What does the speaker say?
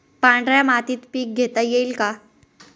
पांढऱ्या मातीत पीक घेता येईल का?